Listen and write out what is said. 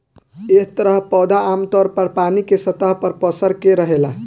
एह तरह पौधा आमतौर पर पानी के सतह पर पसर के रहेला